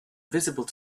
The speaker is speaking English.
visible